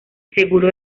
seguro